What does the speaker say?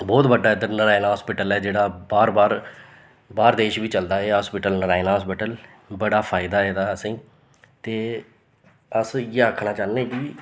बोह्त बड्डा इद्धर नारायणा हास्पिटल ऐ जेह्ड़ा बाह्र बाह्र बाह्र देश बी चलदा ऐ एह् हास्पिटल नारायणा हास्पिटल बड़ा फायदा एह्दा असेंगी ते अस इ'यै आखना चांह्न्ने कि